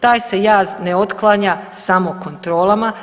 Taj se jaz ne otklanja samo kontrolama.